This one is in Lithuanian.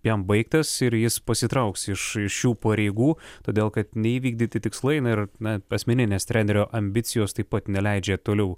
jam baigtas ir jis pasitrauks iš iš šių pareigų todėl kad neįvykdyti tikslai na ir na asmeninės trenerio ambicijos taip pat neleidžia toliau